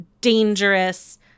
dangerous